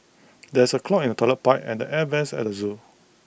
there is A clog in the Toilet Pipe and the air Vents at the Zoo